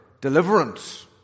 deliverance